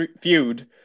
feud